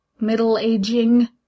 middle-aging